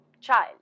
child